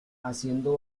haciendo